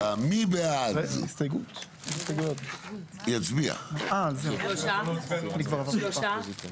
שבויים בפרדיגמה שלפיה הסביבה היא החסם המרכזי לצרכי הפיתוח והבנייה,